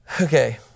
Okay